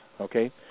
Okay